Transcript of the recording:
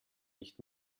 nicht